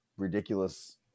ridiculous